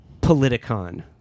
Politicon